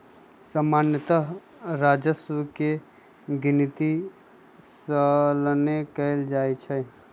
सामान्तः राजस्व के गिनति सलने कएल जाइ छइ